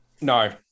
No